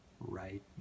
right